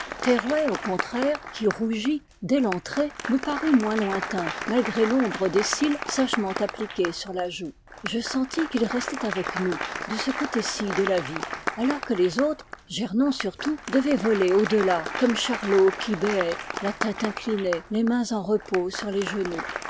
au contraire qui rougit dès l'entrée me parut moins lointain malgré l'ombre des cils sagement appliqués sur la joue je sentis qu'il restait avec nous de ce côté-ci de la vie alors que les autres gernon surtout devaient voler au-delà comme charlot qui béait la tête inclinée les mains en repos sur les genoux